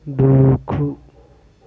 దూకు